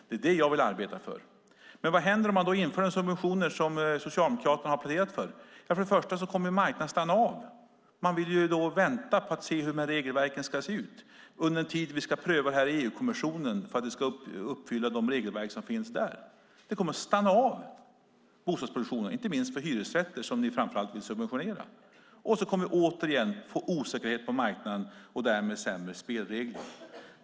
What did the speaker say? Det är det jag vill arbeta för. Men vad händer om man inför sådana subventioner som Socialdemokraterna har pläderat för? Ja, först och främst kommer marknaden att stanna av. Man vill då vänta och se hur regelverken ska se ut under den tid vi ska pröva detta i EU-kommissionen, för att det ska uppfylla de regelverk som finns där. Bostadsproduktionen kommer att stanna av, inte minst för hyresrätter, som ni framför allt vill subventionera, och så kommer vi återigen att få osäkerhet på marknaden och därmed sämre spelregler.